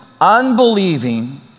unbelieving